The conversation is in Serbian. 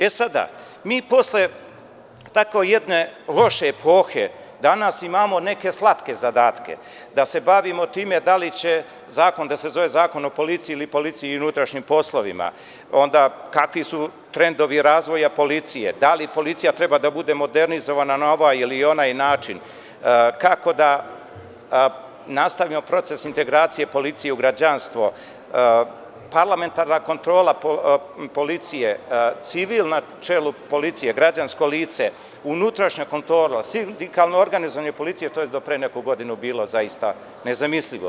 E, sada mi posle tako jedne loše epohe danas imamo neke slatke zadatke, da se bavimo time da li će zakon da se zove zakon o policiji ili unutrašnjim poslovima, onda kakvi su trendovi razvoja policije, da li policija treba da bude modernizovana na ovaj ili onaj način, kako da nastavimo proces integracije policije u građanstvo, parlamentarna kontrola policije, civil na čelu policije, građansko lice, unutrašnja kontrola, sindikalna organizovana policija, to je do pre neku godinu bilo zaista nezamislivo.